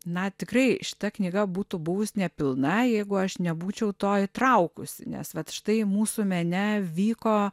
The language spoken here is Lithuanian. na tikrai šita knyga būtų buvus nepilna jeigu aš nebūčiau to įtraukusi nes vat štai mūsų mene vyko